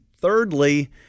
thirdly